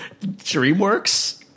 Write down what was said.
DreamWorks